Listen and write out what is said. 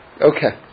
Okay